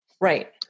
right